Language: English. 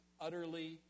utterly